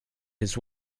his